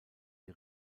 die